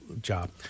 Job